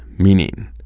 meaning.